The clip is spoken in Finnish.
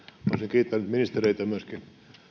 kiittänyt ministereitä myöskin